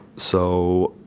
so,